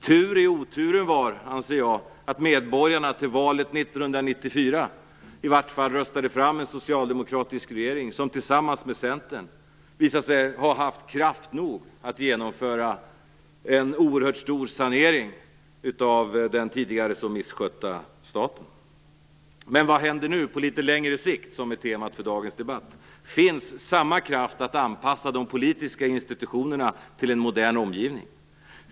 Tur i oturen var, anser jag, att medborgarna till valet 1994 i varje fall röstade fram en socialdemokratisk regering som tillsammans med Centern visat sig ha kraft nog att genomföra en oerhört stor sanering av den tidigare så misskötta staten. Men vad händer på litet längre sikt? Det är ju temat för dagens debatt. Finns samma kraft att anpassa de politiska institutionerna till en modern omgivning?